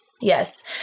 Yes